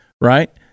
right